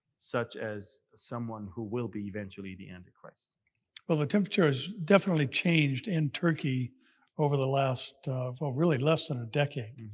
such as someone who will be eventually, the antichrist. the temperature has definitely changed in turkey over the last, well really, less than a decade.